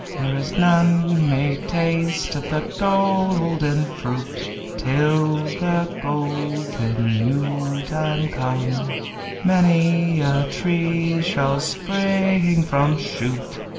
there is none may taste of the golden fruit till the golden new time come many a tree shall spring from shoot,